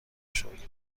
شکر، به